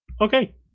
Okay